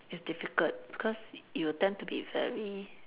it's difficult because you will tend to be very